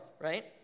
right